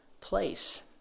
place